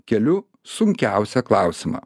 keliu sunkiausią klausimą